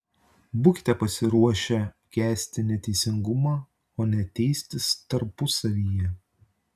būkite pasiruošę kęsti neteisingumą o ne teistis tarpusavyje